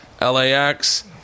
LAX